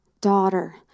daughter